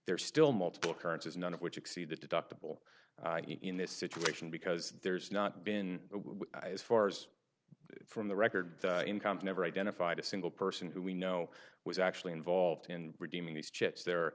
there still multiple occurrences none of which exceed the deductible in this situation because there's not been as far as from the record incomes never identified a single person who we know was actually involved in redeeming these chips the